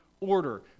order